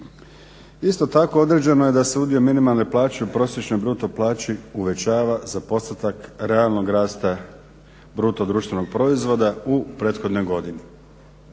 Isto tako određeno je da se udio minimalne plaće i prosječnoj bruto plaći uvećava za postotak realnog rasta bruto društvenog proizvoda u prethodnoj godini.